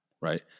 right